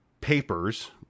papers